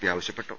P ആവശ്യപ്പെട്ടു